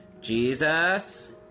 Jesus